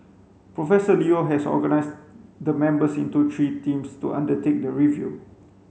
Professor Leo has organised the members into three teams to undertake the review